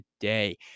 today